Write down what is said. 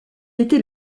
était